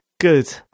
Good